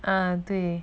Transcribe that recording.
啊对